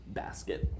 basket